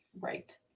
Right